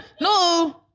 no